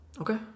Okay